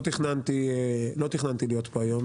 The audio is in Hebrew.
לא תכננתי להיות פה היום,